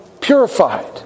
purified